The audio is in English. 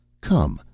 come,